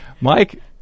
Mike